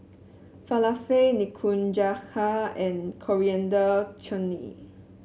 Falafel Nikujaga and Coriander Chutney